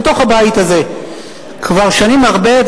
בתוך הבית הזה כבר שנים הרבה,